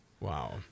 Wow